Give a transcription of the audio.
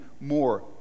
more